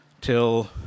till